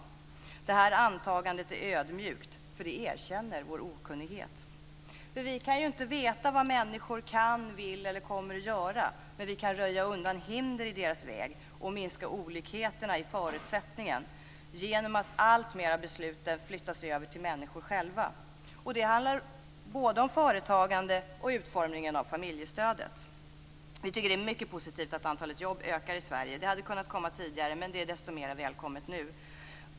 Detta antagande är ödmjukt därför att det erkänner vår okunnighet." Vi kan inte veta vad människor kan, vill eller kommer att göra, men vi kan röja undan hinder i deras väg och minska olikheterna i förutsättningarna genom att alltmer av besluten flyttas över till människor själva. Det handlar om både företagande och utformningen av familjestödet. Vi tycker att det är mycket positivt att antalet jobb ökar i Sverige. Det hade kunnat komma tidigare, men det är desto mera välkommet nu.